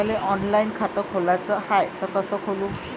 मले ऑनलाईन खातं खोलाचं हाय तर कस खोलू?